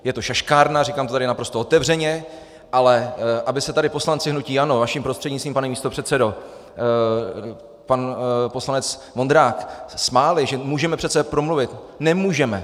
Je to šaškárna a říkám to tady naprosto otevřeně, ale aby se tady poslanci hnutí ANO, vaším prostřednictvím, pane místopředsedo, pan poslanec Vondrák, smáli, že můžeme přece promluvit nemůžeme!